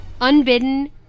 Unbidden